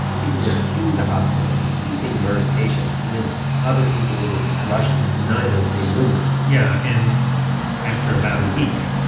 people would ah accuse a hospital of keeping mers patients, and then other people would rush to deny those same rumors yeah. and after about a week,